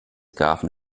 grafen